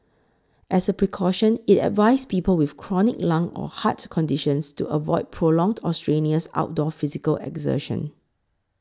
as a precaution it advised people with chronic lung or heart conditions to avoid prolonged or strenuous outdoor physical exertion